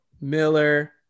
miller